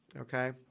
Okay